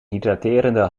hydraterende